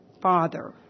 father